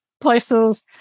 places